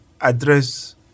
address